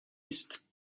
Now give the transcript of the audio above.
است